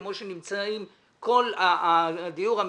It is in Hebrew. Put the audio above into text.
כמו שנמצאים בכל הדיור הממשלתי.